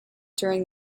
during